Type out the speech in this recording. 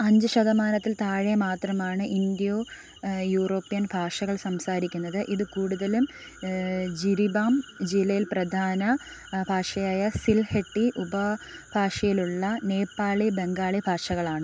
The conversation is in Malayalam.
അഞ്ച് ശതമാനത്തിൽ താഴെ മാത്രമാണ് ഇന്തോ യൂറോപ്യൻ ഭാഷകൾ സംസാരിക്കുന്നത് ഇത് കൂടുതലും ജിരിബാം ജില്ലയിൽ പ്രധാന ഭാഷയായ സിൽഹെട്ടി ഉപ ഭാഷയിലുള്ള നേപ്പാളി ബംഗാളി ഭാഷകളാണ്